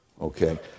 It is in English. okay